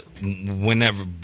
whenever